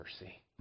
mercy